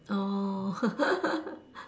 orh